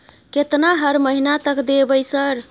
केतना हर महीना तक देबय सर?